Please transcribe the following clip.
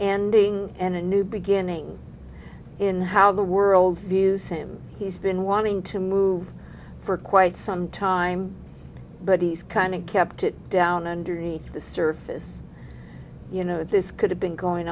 ending and a new beginning in how the world views him he's been wanting to move for quite some time but he's kind of kept it down underneath the surface you know this could have been going